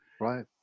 Right